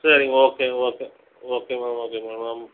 சரிங்க okay okay okay ma'am okay ma'am ma'am